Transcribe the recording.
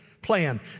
plan